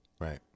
Right